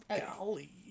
Golly